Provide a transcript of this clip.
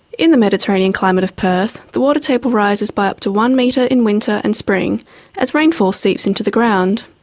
in the mediterranean climate of perth the watertable rises by up to one metre in winter and spring as rainfall seeps into the ground.